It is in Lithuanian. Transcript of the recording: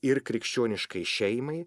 ir krikščioniškai šeimai